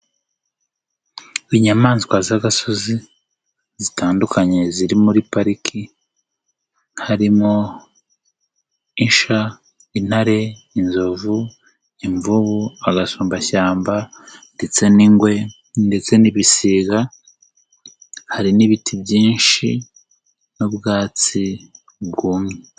Inyamaswa z'agasozi zitandukanye ziri muri pariki. Harimo: isha, intare, inzovu, imvubu, agasumbashyamba ndetse n'ingwe ndetse n'ibisiga. Hari n'ibiti byinshi n'ubwatsi bwumye.